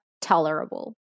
tolerable